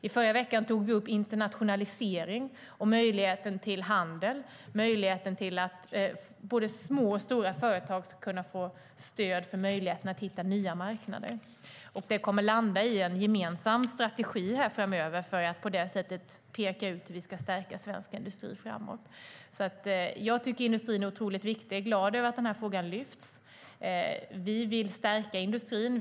I förra veckan tog vi upp internationalisering, möjligheten till handel och att både små och stora företag ska kunna få stöd för möjligheten att hitta nya marknader. Det kommer att landa i en gemensam strategi framöver för att på det sättet peka ut hur vi ska stärka svensk industri framåt. Jag tycker att industrin är otroligt viktig, och jag är glad över att den här frågan lyfts upp. Vi vill stärka industrin.